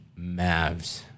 Mavs